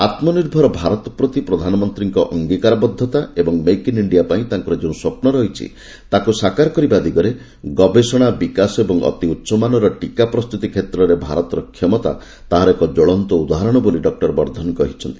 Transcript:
ଆତ୍ମନିର୍ଭର ଭାରତ ପ୍ରତି ପ୍ରଧାନମନ୍ତ୍ରୀଙ୍କ ଅଙ୍ଗୀକାରବଦ୍ଧତା ଏବଂ ମେକ୍ ଇନ୍ ଇଣ୍ଡିଆ ପାଇଁ ତାଙ୍କର ଯେଉଁ ସ୍ୱପ୍ନ ରହିଛି ତାକୁ ସାକାର କରିବା ଦିଗରେ ଗବେଷଣା ବିକାଶ ଏବଂ ଅତି ଉଚ୍ଚମାନର ଟୀକା ପ୍ରସ୍ତୁତି କ୍ଷେତ୍ରରେ ଭାରତର କ୍ଷମତା ତାହାର ଏକ ଜ୍ୱଳନ୍ତ ଉଦାହରଣ ବୋଲି ଡକ୍କର ବର୍ଦ୍ଧନ କହିଛନ୍ତି